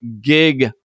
gig